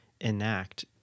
enact